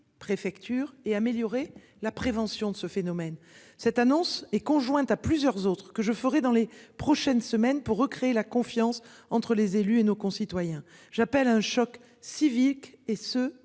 préfecture et améliorer la prévention de ce phénomène. Cette annonce est conjointe à plusieurs autres que je ferai dans les prochaines semaines pour recréer la confiance entre les élus et nos concitoyens. J'appelle un choc civique et ce